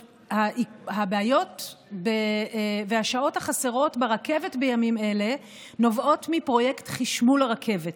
הבעיות בשעות החסרות ברכבת בימים אלה נובעות מפרויקט חשמול הרכבת.